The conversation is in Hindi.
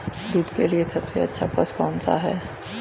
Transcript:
दूध के लिए सबसे अच्छा पशु कौनसा है?